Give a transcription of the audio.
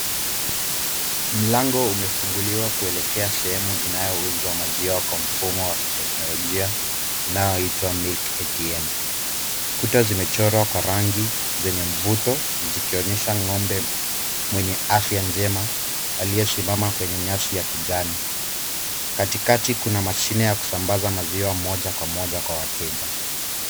Mlango umefunguliwa kuelekea sehemu inayouzwa maziwa kwa mfumo wa kiteknolojia unaoitwa Milk ATM. Kuta zimechorwa kwa rangi zenye mvuto, zikionyesha ng'ombe mwenye afya njema aliyesimama kwenye nyasi ya kijani. Katikati kuna mashine ya kusambaza maziwa moja kwa moja kwa wateja.